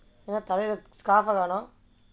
என்ன தலையிலே:enna thalaiyilae scarf ah வேனும்:vennum